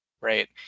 Right